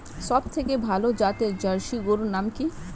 সবথেকে ভালো জাতের জার্সি গরুর নাম কি?